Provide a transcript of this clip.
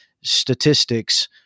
statistics